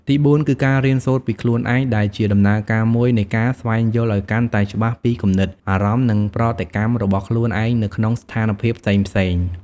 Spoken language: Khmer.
ទីបួនគឺ ការរៀនសូត្រពីខ្លួនឯង ដែលជាដំណើរការមួយនៃការស្វែងយល់ឱ្យកាន់តែច្បាស់ពីគំនិត អារម្មណ៍ និងប្រតិកម្មរបស់ខ្លួនឯងនៅក្នុងស្ថានភាពផ្សេងៗ។